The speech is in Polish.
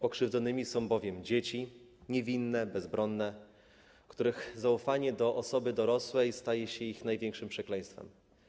Pokrzywdzonymi są bowiem dzieci, niewinne, bezbronne, dla których zaufanie do osoby dorosłej stało się największym przekleństwem.